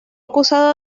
acusado